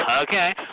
okay